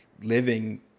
living